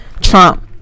Trump